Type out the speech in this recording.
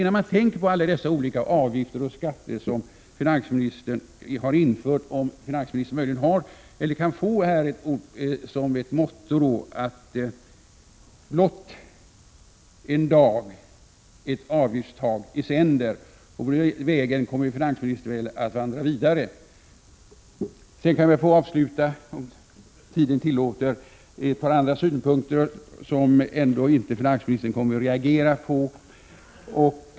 När man tänker på alla dessa avgifter och skatter som finansministern har infört, kunde finansministern möjligen få som ett motto: Blott en dag, ett avgiftstag i sänder. På den vägen kommer väl finansministern att vandra vidare. Sedan vill jag avsluta, om tiden tillåter, med ett par andra synpunkter, som finansministern ändå inte kommer att reagera på.